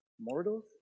mortals